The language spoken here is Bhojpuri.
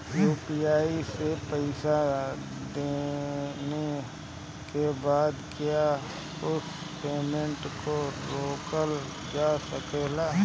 यू.पी.आई से पईसा देने के बाद क्या उस पेमेंट को रोकल जा सकेला?